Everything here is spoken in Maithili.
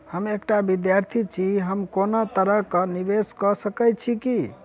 हम एकटा विधार्थी छी, हम कोनो तरह कऽ निवेश कऽ सकय छी की?